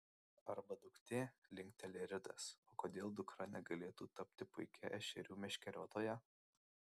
arba duktė linkteli ridas o kodėl dukra negalėtų tapti puikia ešerių meškeriotoja